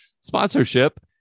sponsorship